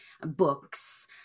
books